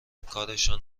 کارشان